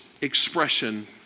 expression